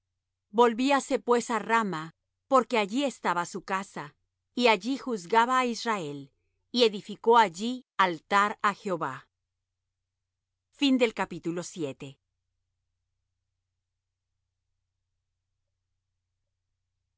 volvíase después á rama porque allí estaba su casa y allí juzgaba á israel y edificó allí altar á jehová y